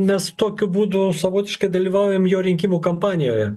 mes tokiu būdu savotiškai dalyvaujam jo rinkimų kampanijoje